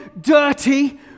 dirty